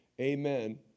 amen